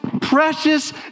precious